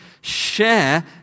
share